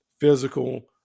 physical